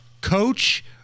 Coach